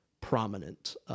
prominent